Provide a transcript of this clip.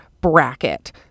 bracket